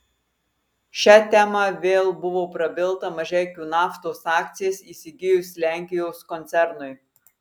šia tema vėl buvo prabilta mažeikių naftos akcijas įsigijus lenkijos koncernui